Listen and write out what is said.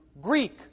Greek